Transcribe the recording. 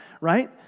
right